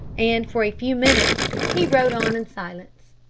and for a few minutes he rode on in silence.